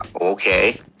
okay